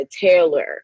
Taylor